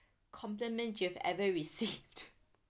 compliment you've ever received